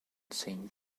saint